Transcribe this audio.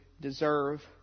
deserve